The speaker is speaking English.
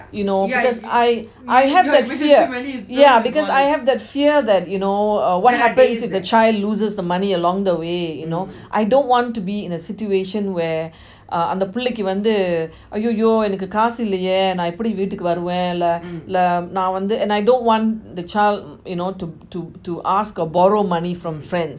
you know yeah if I I have the fear yeah because I have that fear that you know what if the child loses the money along the way you know I don't want to be in a situation where uh அந்த பிள்ளைக்கி வந்து:antha pillaiki vanthu !aiyoyo! என்னக்கு காசு இல்லையே நான் வந்து எப்பிடி வீட்டுக்கு வைரவன்:ennaku kaasu illayae naan vanthu epidi veetuku varavan and I don't want the child you know to to to ask or borrow money from friends